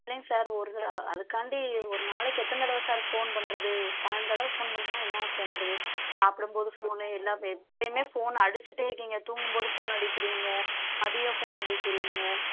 இல்லைங்க சார் ஒரு அதற்காண்டி ஒரு நாளைக்கு எத்தனை தடவை சார் ஃபோன் பண்ணுறது ஒரு பன்னெண்டு தடவை ஃபோன் பண்ணீங்கன்னா என்ன பண்ணுறது சாப்பிடும் போது ஃபோன்னு எப்பயுமே ஃபோன் அடிச்சிட்டே இருக்கிங்க தூங்கும்போது ஃபோன் அடிக்கிறிங்க மதியம் ஃபோன் அடிக்கிறிங்க